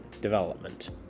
development